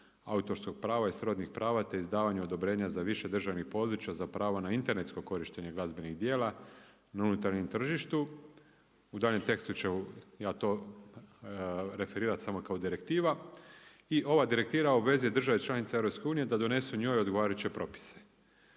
autorskog prava i srodnih prava, te izdavanju odobrenja za više državnih područja za pravo na internetsko korištenje glazbenih dijela na unutarnjem tržištu. U daljnjem tekstu ću ja to referirat samo kao direktiva i ova direktiva obvezuje države članice EU da donesu njoj odgovarajuće propise.